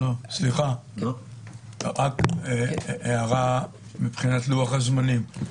סליחה, הערה מבחינת לוח הזמנים.